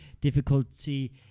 difficulty